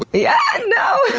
but yeah, no!